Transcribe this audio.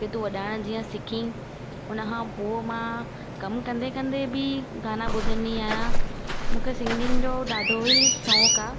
के तूं वॼाइणु जीअं सिखी उनखां पोइ मां कमु कंदे कंदे बि गाना ॿुधंदी आहियां मूंखे सिंगिंग जो ॾाढो ई शौक़ु आहे